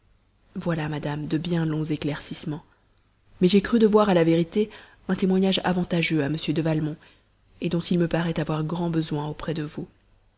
voilà madame de bien longs éclaircissements mais j'ai cru devoir à la vérité un témoignage avantageux à m de valmont dont il me paraît avoir grand besoin auprès de vous